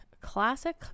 classic